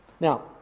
Now